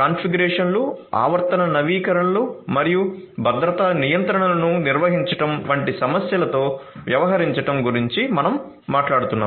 కాన్ఫిగరేషన్లు ఆవర్తన నవీకరణలు మరియు భద్రతా నియంత్రణలను నిర్వహించడం వంటి సమస్యలతో వ్యవహరించడం గురించి మనం మాట్లాడుతున్నాము